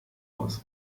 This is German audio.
aus